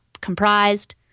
comprised